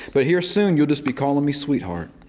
but here soon you'll just be calling me sweetheart.